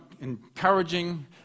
encouraging